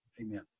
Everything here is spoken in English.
Amen